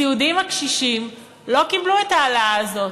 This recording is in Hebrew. הסיעודיים הקשישים לא קיבלו את ההעלאה הזאת,